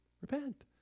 repent